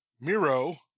Miro